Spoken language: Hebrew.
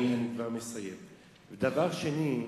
דבר שני,